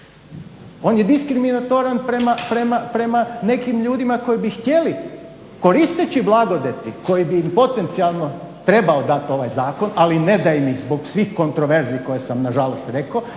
on je diskriminatoran prema nekim ljudima koji bi htjeli koristeći blagodati koje bi im potencijalno trebao dati ovaj zakon, ali ne daje im zbog svih kontroverzi koje sam na žalost rekao